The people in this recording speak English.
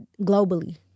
globally